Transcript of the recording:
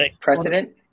precedent